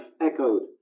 echoed